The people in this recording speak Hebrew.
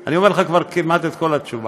אני אומר לך כבר כמעט את כל התשובה,